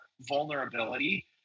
vulnerability